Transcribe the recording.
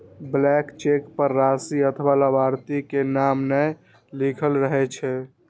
blank cheque पर राशि अथवा लाभार्थी के नाम नै लिखल रहै छै